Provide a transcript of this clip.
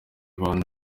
abantu